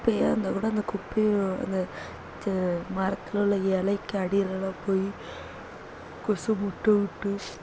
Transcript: குப்பையாக இருந்தால் கூட அந்த குப்பையை அந்த சே மரத்தில் உள்ள இலைக்கு அடியிலெல்லாம் போய் கொசு முட்டை விட்டு